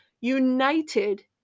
united